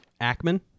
Ackman